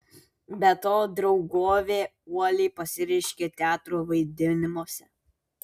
be to draugovė uoliai pasireiškė teatro vaidinimuose